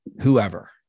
whoever